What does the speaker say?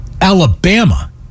Alabama